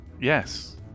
Yes